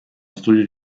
studio